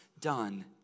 done